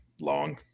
long